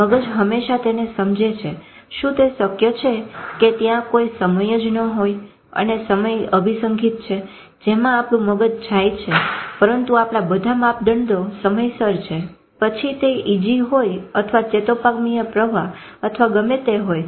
મગજ હંમેશા તેને સમજે છે શું તે શક્ય છે કે ત્યાં કોઈ સમય જ ન હોય અને સમય અભીસંઘીત છે જેમાં આપણું મગજ જાય છે પરંતુ આપણા બધા માપદંડો સમયસર છે પછી તે EG હોય અથવા ચેતોપાગમીય પ્રવાહન અથવા ગમે તે હોય